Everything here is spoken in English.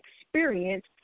experience